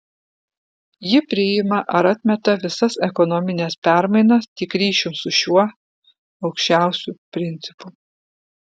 ji priima ar atmeta visas ekonomines permainas tik ryšium su šiuo aukščiausiu principu